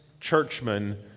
churchmen